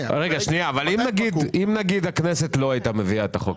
אם נגיד הכנסת לא הייתה מביאה את החוק,